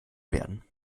werden